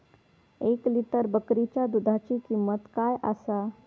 एक लिटर बकरीच्या दुधाची किंमत काय आसा?